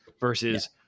versus